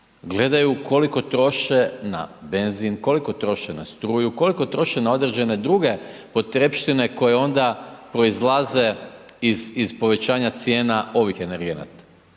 gledaju koliko troše na benzin, koliko troše na struju, koliko troše na određene druge potrepštine koje onda proizlaze iz povećanja cijena ovih energenata,